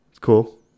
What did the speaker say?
Cool